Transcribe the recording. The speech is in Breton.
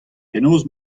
penaos